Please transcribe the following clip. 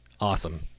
awesome